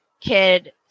kid